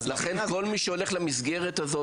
אז לכן כל מי שהולך למסגרת הזה,